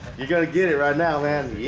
you gotta get it right now man.